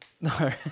No